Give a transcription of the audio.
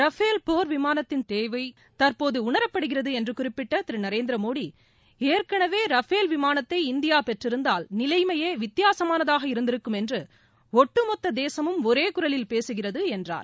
Rafale போா் விமானத்தின் தேவை தற்போது உணரப்படுகிறது என்று குறிப்பிட்ட திரு நரேந்திரமோடி ஏற்கனவே ரஃபேல் விமானத்தை இந்தியா பெற்றிருந்தால் நிலைமையே வித்தியாசமானதாக இருந்திருக்கும் என்று ஒட்டுமொத்த தேசமும் ஒரே குரலில் பேசுகிறது என்றார்